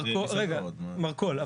מרכול.